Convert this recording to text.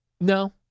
No